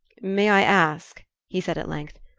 may i ask, he said at length,